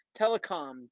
telecom